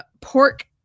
pork